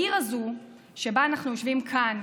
העיר הזו שבה אנו יושבים כאן,